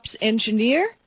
engineer